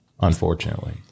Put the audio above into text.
unfortunately